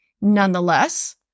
Nonetheless